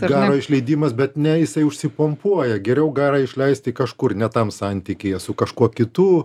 garo išleidimas bet ne jisai užsipompuoja geriau garą išleisti kažkur ne tam santykyje su kažkuo kitu